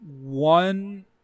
one